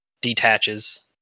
detaches